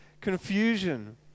confusion